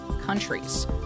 countries